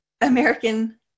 American